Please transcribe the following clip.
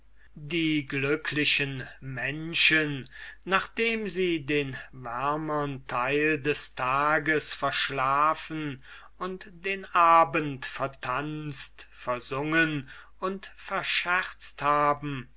die glücklichen menschen nachdem sie den wärmern teil des tages verschlafen und den abend vertanzt versungen und verscherzt haben